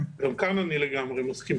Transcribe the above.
גם כאן אני לגמרי מסכים.